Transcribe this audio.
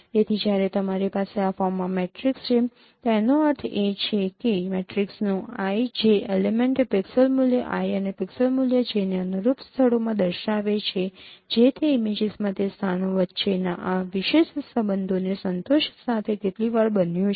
તેથી જ્યારે તમારી પાસે આ ફોર્મમાં મેટ્રિક્સ છે તેનો અર્થ એ છે કે મેટ્રિક્સનો i j એલિમેન્ટ એ પિક્સેલ મૂલ્ય i અને પિક્સેલ મૂલ્ય j ને અનુરૂપ સ્થળોમાં દર્શાવે છે જે તે ઇમેજીસમાં તે સ્થાનો વચ્ચેના આ વિશેષ સંબંધોને સંતોષ સાથે કેટલી વાર બન્યું છે